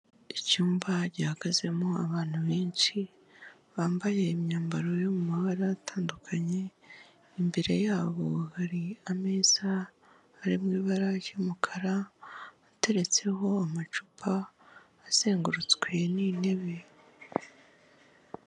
Icyumba gihagazemo abantu benshi, bambaye imyambaro yo mu mabara atandukanye, imbere yabo hari ameza ari mu ibara ry'umukara, ateretseho amacupa, azengurutswe n'intebe.